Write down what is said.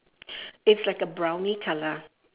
it's like a browny colour